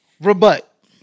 Rebut